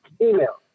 Email